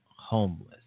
homeless